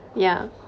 yeah